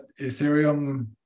Ethereum